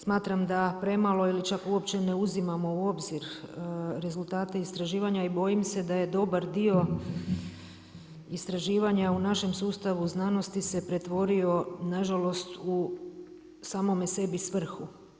Smatram da premalo ili čak uopće ne uzimamo u obzir rezultate istraživanja i bojim se da je dobar dio istraživanja u našem sustavu znanosti se pretvorio na žalost u samome sebi svrhu.